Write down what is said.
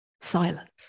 silence